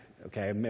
Okay